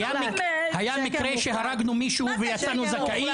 היה מקרה שהרגנו מישהו ויצאנו זכאים?